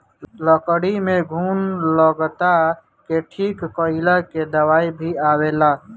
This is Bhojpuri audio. लकड़ी में घुन लगला के ठीक कइला के दवाई भी आवेला